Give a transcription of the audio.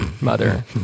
mother